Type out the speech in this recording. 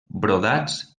brodats